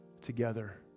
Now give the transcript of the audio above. together